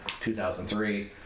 2003